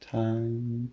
time